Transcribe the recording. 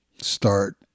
start